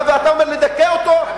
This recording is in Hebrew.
אתה אומר לדכא אותו,